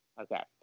Okay